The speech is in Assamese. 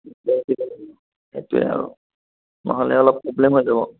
সেইটোৱে আৰু নহ'লে অলপ প্ৰবলেম হৈ যাব